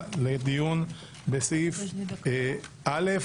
בסדר גמור.